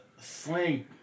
sling